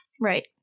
Right